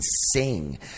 sing